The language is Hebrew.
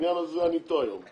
בעניין הזה אני אתו היום כי